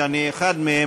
שאני אחד מהם,